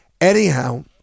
anyhow